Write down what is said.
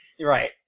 Right